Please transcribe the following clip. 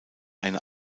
eine